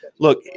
Look